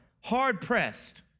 hard-pressed